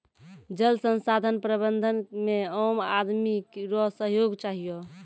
जल संसाधन प्रबंधन मे आम आदमी रो सहयोग चहियो